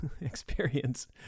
experience